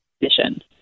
mission